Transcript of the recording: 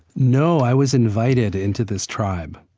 no, i was invited into this tribe.